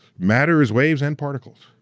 matter is waves and particles,